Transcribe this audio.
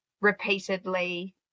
repeatedly